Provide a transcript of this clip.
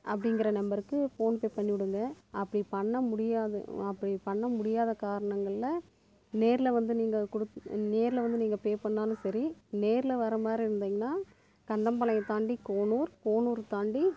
அப்படிங்குற நம்பருக்கு ஃபோன்பே பண்ணிவிடுங்க அப்படி பண்ண முடியாது அப்படி பண்ண முடியாத காரணங்களில் நேரில் வந்து நீங்கள் குடுக் நேரில் வந்து நீங்கள் பே பண்ணாலும் சரி நேரில் வர மாதிரி இருந்தீங்கனா கந்தன்பாளையம் தாண்டி கோனுர் கோனுர் தாண்டி